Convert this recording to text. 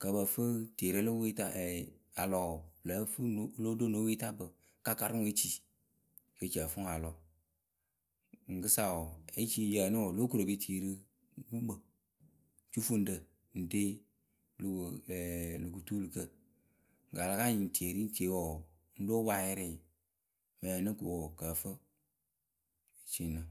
kɨ ǝ pǝ fɨ tieyǝ rɛ lo wǝpweta ɛɛ a lɔ wɔɔ, o lóo ɖo no wǝpwetaakpǝ kɨ a karɨ ŋwǝ e ci kɨ e ci ǝ fɨ ŋwǝ a lɔ. Mɨŋkɨsa wɔɔ, e ci ŋ yǝ ǝnɨ wɔɔ, lóo koru e pe tii rǝ gukpǝ, jufuŋrǝ ŋ re lö kɨtuulukǝ. ŋkǝ a la ka nyɩŋ tie ri ŋ tie wɔɔ, ŋ lóo poŋ ayɩrɩ mɨ ǝyǝ ǝnɨ ko wɔɔ, kǝ fǝ. ŋ́ ne ceeni nɨ.